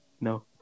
No